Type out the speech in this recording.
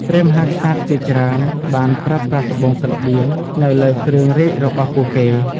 ព្រះមហាក្សត្រជាច្រើនបានប្រើប្រាស់ត្បូងកណ្ដៀងនៅលើគ្រឿងរាជរបស់ពួកគេ។